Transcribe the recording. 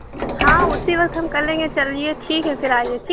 ہاں اسی وقت ہم کر لیں گے چلیے ٹھیک ہے پھر آئیے ٹھیک ہے